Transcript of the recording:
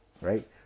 right